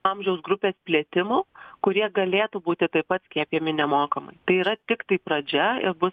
amžiaus grupės plėtimo kurie galėtų būti taip pat skiepijami nemokamai tai yra tiktai pradžia ir bus